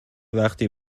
وقتی